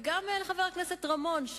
וגם לחבר הכנסת רמון,